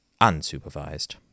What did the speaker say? unsupervised